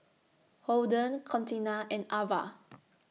Holden Contina and Avah